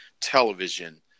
television